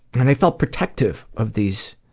and i felt protective of these